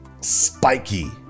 spiky